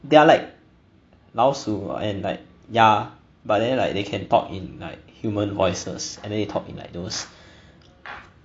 they are like 老鼠 and like 鸭 but then like they can talk in like human voices and then they talk in like those